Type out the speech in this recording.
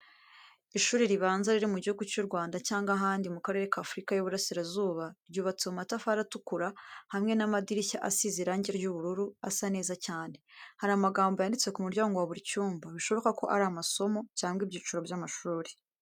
Ishuri ribanza riri mu gihugu cy’u Rwanda cyangwa ahandi mu karere ka Afurika y’Iburasirazuba, ryubatse mu matafari atukura hamwe n'amadirishya asize irange ry'ubururu asa neza cyane. Hari amagambo yanditse ku muryango wa buri cyumba, bishoboka ko ari amasomo cyangwa ibyiciro by’amashuri.